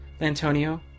antonio